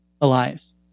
Elias